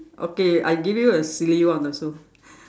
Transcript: okay I give you a silly one also